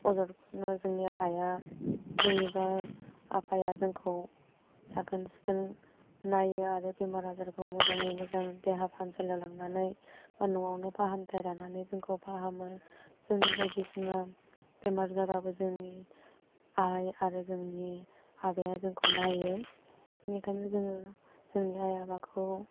अजदखौनो जोंनि आइआ जोंनिबा आफाया जोंखौ साखोन सिखोन नायो आरो बेमार आजारखौ मोजाङै मोजां देहा फाहामसालियाव लांनानै बा न'आवनो फाहामथाइ लानानै जोंखौ फाहामो जोंनि बायदिसिना बेमार जाबाबो जोंनि आइ आरो जोंनि बाबाया जोंखौ नायो बेनिखायनो जोङो जोंनि आइ आफाखौ